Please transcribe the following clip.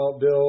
Bill